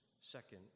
second